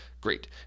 great